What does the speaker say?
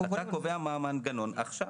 אתה קובע מה המנגנון עכשיו.